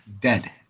dead